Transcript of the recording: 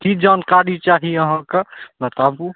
की जानकारी चाही अहाँके बताबु